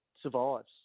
survives